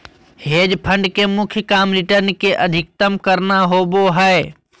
hedge fund के मुख्य काम रिटर्न के अधीकतम करना होबो हय